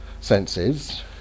senses